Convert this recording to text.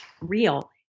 real